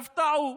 עכשיו טעו,